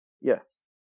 Yes